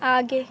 आगे